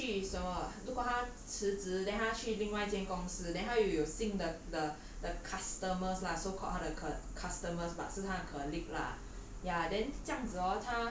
it's like 你看 lah 他他去什么如果他辞职 then 他去另外一间公司 then 他会有新的的 customers lah so called coll~ customers but 是他的 colleagues lah